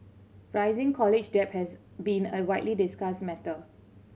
rising college debt has been a widely discussed matter